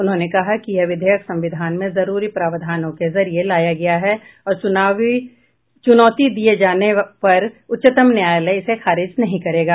उन्होंने कहा कि यह विधेयक संविधान में जरूरी प्रावधानों के जरिये लाया गया है और चुनौती दिये जाने पर उच्चतम न्यायालय इसे खारिज नहीं करेगा